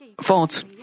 faults